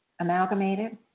amalgamated